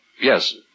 Yes